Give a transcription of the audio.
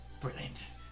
Brilliant